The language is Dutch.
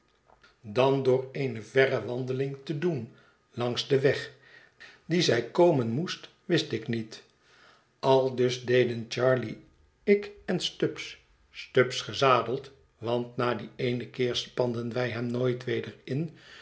dan door eene verre wandeling te doen langs den weg dien zij komen moest wist ik niet aldus deden charley ik en stubbs stubbs gezadeld want na dien eenen keer spanden wij hem nooit weder in